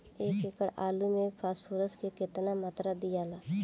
एक एकड़ आलू मे फास्फोरस के केतना मात्रा दियाला?